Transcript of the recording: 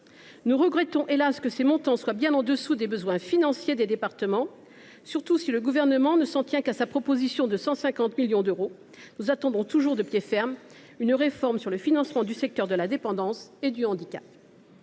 Nous regrettons, hélas !, que ces montants soient bien en deçà des besoins financiers des départements, surtout si le Gouvernement s’en tient à sa proposition de 150 millions d’euros. Nous attendons toujours de pied ferme une réforme sur le financement du secteur de la dépendance et du handicap.